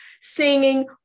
singing